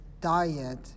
diet